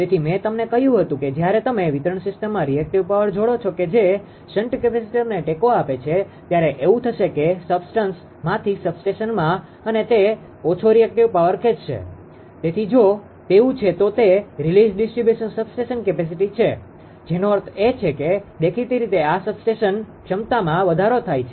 તેથી મેં તમને કહ્યું હતું કે જયારે તમે વિતરણ સીસ્ટમમાં રીએક્ટીવ પાવર જોડો છો કે જે શન્ટ કેપેસીટરને ટેકો આપે છે ત્યારે એવું થશે કે સબસ્ટડીન્સીઝsubstancesપદાર્થ માંથી સબસબસ્ટેશનમાં અને તે ઓછો રીએક્ટીવ પાવર ખેંચશે તેથી જો તેવું છે તો તે રીલીઝ ડીસ્ટ્રીબ્યુશન સબસ્ટેશન કેપેસીટી છે જેનો અર્થ એ છે કે દેખીતી રીતે આ સબસ્ટેશન ક્ષમતામાં વધારો થાય છે